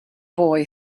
boy